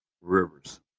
Rivers